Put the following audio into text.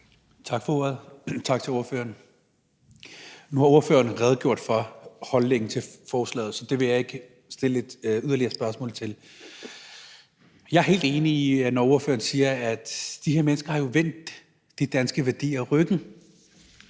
Tak for ordet, og tak til ordføreren. Nu har ordføreren redegjort for holdningen til forslaget, så det vil jeg ikke stille yderligere spørgsmål til. Jeg er helt enig med ordføreren, når ordføreren siger, at de her mennesker jo har vendt de danske værdier ryggen.